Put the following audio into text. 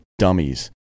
Dummies